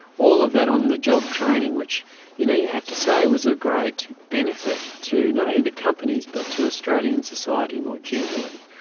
all of that on-the-job training, which you know you have to say was a great benefit to not only the companies but to australian society more generally,